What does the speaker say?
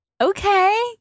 Okay